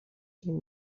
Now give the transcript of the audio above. این